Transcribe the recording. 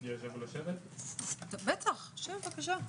שב בבקשה,